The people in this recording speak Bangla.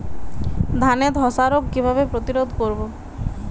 ধানে ধ্বসা রোগ কিভাবে প্রতিরোধ করব?